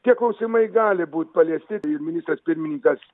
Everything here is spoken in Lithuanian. tie klausimai gali būt paliesti ministras pirmininkas